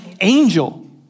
angel